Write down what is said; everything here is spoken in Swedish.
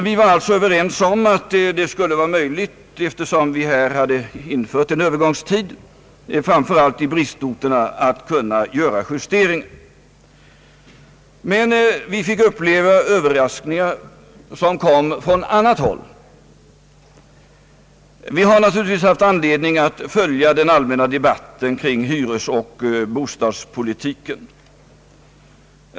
Vi var alltså överens om att det skulle bli möjligt att göra justeringar eftersom vi hade infört en övergångstid framför allt i bristorterna. Men vi fick uppleva överraskningar som kom från annat håll. Naturligtvis har vi haft anledning att följa den allmänna debatten kring hyresoch bostadspolitiken.